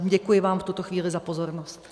Děkuji vám v tuto chvíli za pozornost.